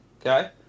Okay